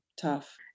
tough